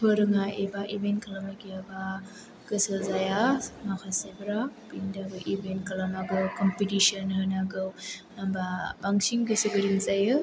फोरोङा एबा इबेन्ट खालामनाय गैयाबा गोसो जाया माखासेफोरा बिनि थाखाय इबेन्ट खालामनांगौ कम्पिटिशन होनांगौ होम्बा बांसिन गोसो गुदुं जायो